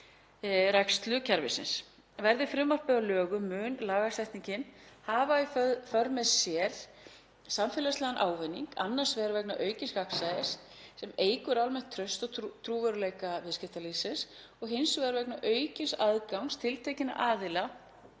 starfrækslu kerfisins. Verði frumvarpið að lögum mun lagasetningin hafa í för með sér samfélagslegan ávinning, annars vegar vegna aukins gagnsæis sem eykur almennt traust og trúverðugleika viðskiptalífsins, og hins vegar vegna aukins aðgangs tiltekinna aðila